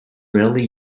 rarely